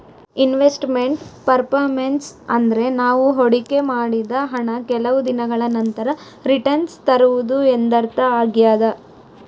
invest made performance ಅಂದ್ರೆ ನಾವು ಹೊಡಿಕೆ ಮಾಡಿದ ಹಣ ಕೆಲವು ದಿನಗಳ ನಂತರ ರಿಟನ್ಸ್ ತರುವುದು ಎಂದರ್ಥ ಆಗ್ಯಾದ